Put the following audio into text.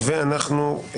הנושא